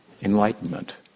enlightenment